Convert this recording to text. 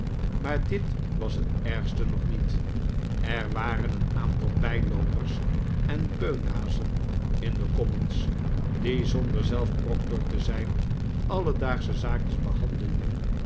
maar dit was het ergste nog niet er waren een aantal bijloopers en beunhazen in de commons die zonder zelf proctor te zijn alledaagsche zaakjes behandelden